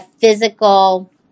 physical